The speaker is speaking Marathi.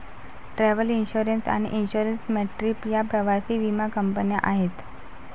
ट्रॅव्हल इन्श्युरन्स आणि इन्सुर मॅट्रीप या प्रवासी विमा कंपन्या आहेत